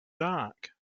dark